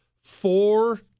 four